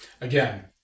Again